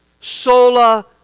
Sola